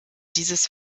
dieses